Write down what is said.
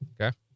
Okay